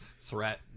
threat